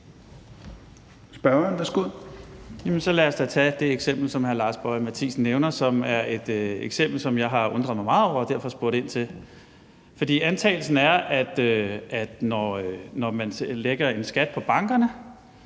så lad os da tage det eksempel, som hr. Lars Boje Mathiesen nævner. Det er et eksempel, som jeg har undret mig meget over og derfor spurgt ind til. For antagelsen er, at når man lægger en skat på bankerne,